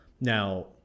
now